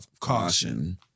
caution